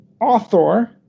author